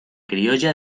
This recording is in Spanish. criolla